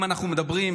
אם אנחנו מדברים,